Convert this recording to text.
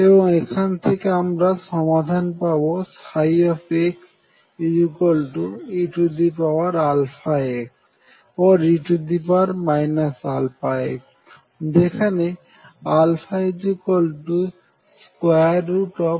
এবং এখান থেকে আমরা সমাধান পাবো xeαx or e αx যেখানে α2mV0 E2